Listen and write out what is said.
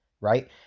right